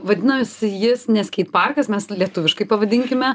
vadinasi jis ne skeit parkas mes lietuviškai pavadinkime